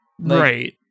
Right